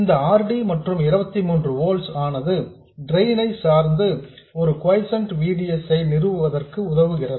இந்த R D மற்றும் 23 ஓல்ட்ஸ் ஆனது டிரெயின் ஐ சார்ந்து ஒரு கொய்சென்ட் V D S ஐ நிறுவுவதற்கு உதவுகிறது